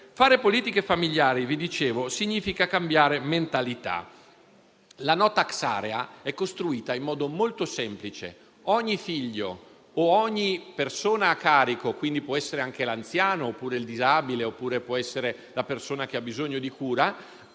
Fare politiche familiari, come vi dicevo, significa cambiare mentalità. La *no tax area* è costruita in modo molto semplice: ogni figlio e ogni persona a carico (che può essere anche un anziano, un disabile o una persona che ha bisogno di cura)